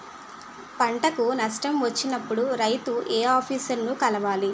పంటకు నష్టం వచ్చినప్పుడు రైతు ఏ ఆఫీసర్ ని కలవాలి?